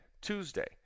Tuesday